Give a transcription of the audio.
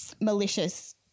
malicious